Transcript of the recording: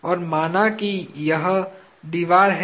और माना कि यह दीवार है